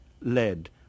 led